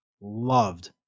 loved